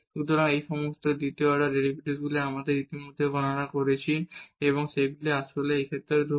সুতরাং এই সমস্ত দ্বিতীয় অর্ডার ডেরিভেটিভগুলি আমরা ইতিমধ্যে গণনা করেছি এবং সেগুলি আসলে এই ক্ষেত্রে ধ্রুবক